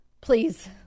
please